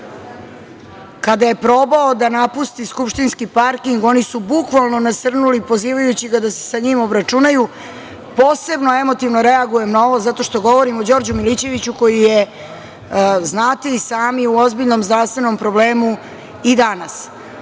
kada je probao da napusti skupštinski parking, oni su bukvalno nasrnuli pozivajući ga da se sa njim obračunaju. Posebno emotivno reagujem na ovo zato što govorim o Đorđu Milićeviću, koji je, znate i sami, u ozbiljnom zdravstvenom problemu i danas. To